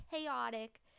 chaotic